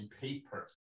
paper